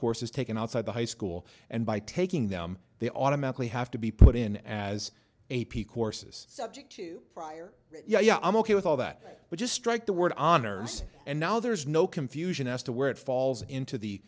courses taken outside the high school and by taking them they automatically have to be put in as a p courses subject to prior yeah i'm ok with all that but just strike the word honors and now there's no confusion as to where it falls into the